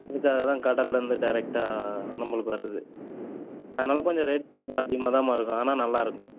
அதுக்காக தான் கடல்ல இருந்து டேரெக்டாக நம்மளுக்கு வருது அதனால கொஞ்சம் ரேட் கொஞ்சம் அதிகமாக தாம்மா இருக்கும் ஆனால் நல்லா இருக்கும்